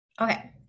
Okay